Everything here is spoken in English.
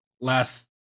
last